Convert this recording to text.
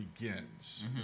begins